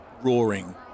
roaring